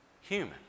human